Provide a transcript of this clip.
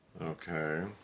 Okay